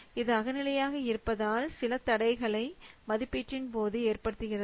இது அகநிலையாக இருப்பதால் சில தடைகளை மதிப்பீட்டின் போது ஏற்படுத்துகிறது